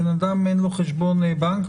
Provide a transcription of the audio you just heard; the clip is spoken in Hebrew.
לבן אדם אין חשבון בנק,